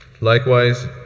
likewise